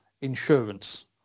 insurance